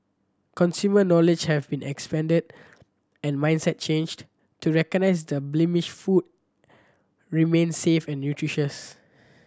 consumer knowledge have been expanded and mindset changed to recognize that blemished food remains safe and nutritious